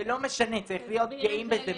זה לא משנה, צריך להיות גאים בזה.